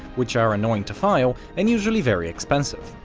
which are annoying to file and usually very expensive.